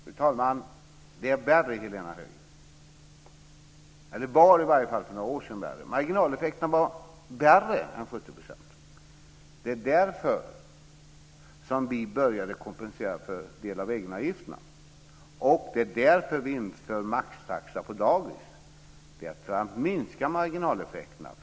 Fru talman! Det är värre, Helena Höij. Det var i alla fall värre för några år sedan. Marginaleffekterna var värre än 70 %. Det var därför som vi började kompensera för en del av egenavgifterna. Det är därför som vi inför maxtaxa på dagis. Det gör vi för att minska marginaleffekterna.